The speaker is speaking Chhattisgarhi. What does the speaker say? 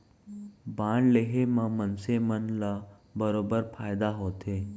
बांड लेहे म मनसे मन ल बरोबर फायदा होथे